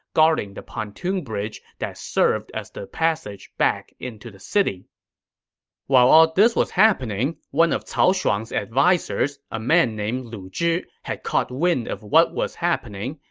guarding the pontoon bridge that served as the passage back into the city while all this was happening, one of cao shuang's advisers, a man named lu zhi, had caught wind of what was happening,